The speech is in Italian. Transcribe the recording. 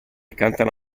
cantano